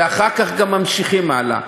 ואחר כך גם ממשיכים הלאה.